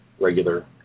regular